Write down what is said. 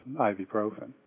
ibuprofen